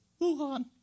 Wuhan